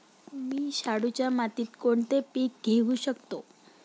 मी शाडूच्या मातीत कोणते पीक घेवू शकतो?